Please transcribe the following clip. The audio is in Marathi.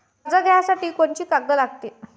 कर्ज घ्यासाठी कोनची कागद लागते?